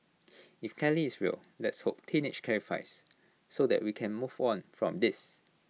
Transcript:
if Kelly is real let's hope teenage clarifies so that we can move on from this